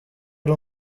ari